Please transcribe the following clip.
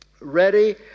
ready